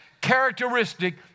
characteristic